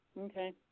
okay